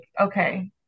okay